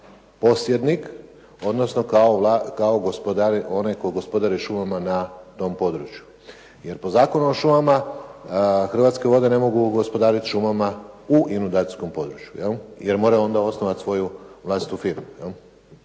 posjednik, odnosno kao gospodari koji gospodare šumama na tom području. Jer po Zakonu o šumama Hrvatske vode ne mogu gospodariti šumama u inudacijskom području, jer mora onda osnovati svoju vlastitu firmu.